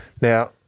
Now-